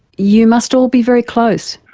you must all be very close.